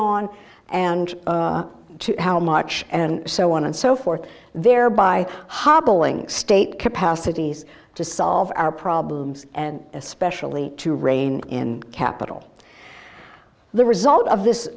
on and how much and so on and so forth thereby hobbling state capacities to solve our problems and especially to rein in capital the result of this